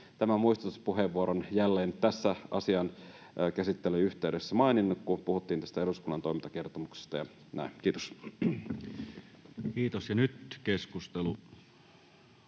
tämän muistutuspuheenvuoron jälleen tässä asian käsittelyn yhteydessä maininnut, kun puhuttiin tästä eduskunnan toimintakertomuksesta, ja näin. — Kiitos. Ainoaan käsittelyyn